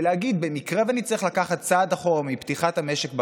ולהגיד: במקרה שנצטרך לקחת צעד אחורה מפתיחת המשק בקיץ,